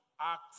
act